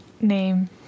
name